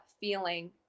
feeling